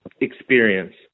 experience